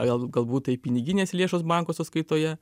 ar gal galbūt tai piniginės lėšos banko sąskaitoje